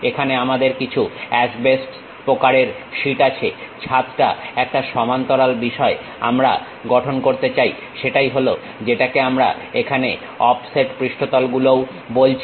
এখানে আমাদের কিছু অ্যাসবেস্টস প্রকারের শীট আছে ছাদটা একটা সমান্তরাল বিষয় আমরা গঠন করতে চাই সেটাই হলো যেটাকে আমরা এখানে অফসেট পৃষ্ঠতলগুলোও বলছি